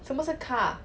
什么是 car